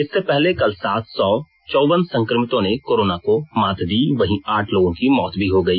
इससे पहले कल सात सौ चौवन संक्रमितों ने कोरोना को मात दी वहीं आठ लोगों की मौत भी हो गई